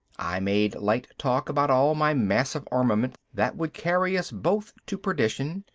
i made light talk about all my massive armament that would carry us both to perdition,